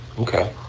Okay